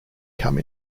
come